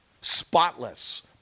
spotless